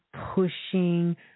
pushing